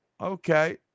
Okay